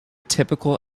typical